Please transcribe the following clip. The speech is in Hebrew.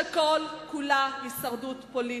שכל כולה הישרדות פוליטית.